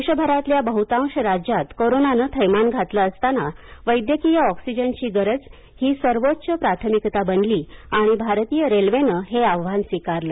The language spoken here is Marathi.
देशभरातल्या बहुतांश राज्यात कोरोनाने थैमान घातले असताना वैद्यकीय ऑक्सिजनची गरज हे सर्वोच्च प्राथमिकता बनली आणि भारतीय रेल्वे नं हे आव्हान स्वीकारलं